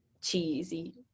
cheesy